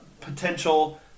potential